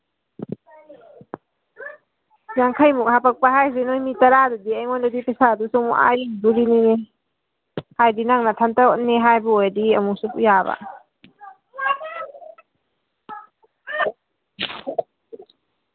ꯌꯥꯡꯈꯩꯃꯨꯛ ꯍꯥꯞꯄꯛꯄ ꯍꯥꯏꯔꯤꯁꯦ ꯅꯈꯣꯏ ꯃꯤ ꯇꯔꯥꯗꯗꯤ ꯑꯩꯉꯣꯟꯗꯗꯤ ꯄꯩꯁꯥꯗꯨ ꯆꯥꯃꯉꯥ ꯍꯦꯟꯒꯗꯧꯔꯤꯅꯤꯅꯦ ꯍꯥꯏꯕꯗꯤ ꯅꯪ ꯅꯊꯟꯇꯅꯦ ꯍꯥꯏꯕ ꯑꯣꯏꯔꯗꯤ ꯑꯃꯨꯛꯁꯨ ꯌꯥꯕ